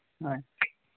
ᱦᱳᱭ